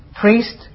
priest